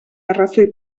arrazoi